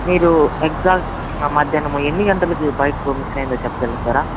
మీరు ఎగ్జాక్ట్గా మధ్యానము ఎన్ని గంటలకు బైకు మిస్ అయ్యిందో చెప్పగలుగుతారా